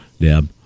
Deb